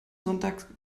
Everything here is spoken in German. sonntag